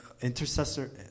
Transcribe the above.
intercessor